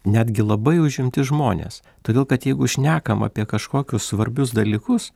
netgi labai užimti žmonės todėl kad jeigu šnekam apie kažkokius svarbius dalykus